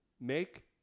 Make